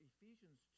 Ephesians